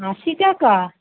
আশি টাকা